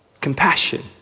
Compassion